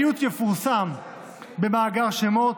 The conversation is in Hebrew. האיות יפורסם במאגר שמות,